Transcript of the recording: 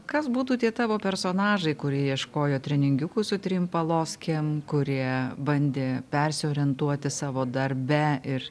kas būtų tie tavo personažai kurie ieškojo treningiukų su trim paloskėm kurie bandė persiorientuoti savo darbe ir